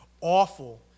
awful